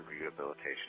rehabilitation